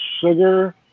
sugar